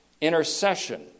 Intercession